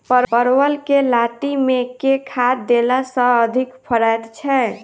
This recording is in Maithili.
परवल केँ लाती मे केँ खाद्य देला सँ अधिक फरैत छै?